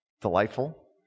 delightful